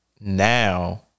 now